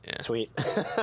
Sweet